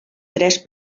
tres